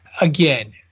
Again